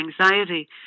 anxiety